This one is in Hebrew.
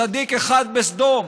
צדיק אחד בסדום,